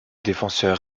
défenseur